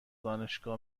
دانشگاه